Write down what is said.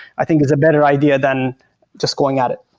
i think it's a better idea than just going at it.